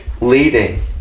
leading